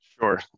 Sure